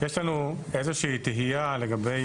יש לנו איזה שהיא תהייה לגבי